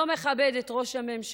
לא מכבד את ראש הממשלה,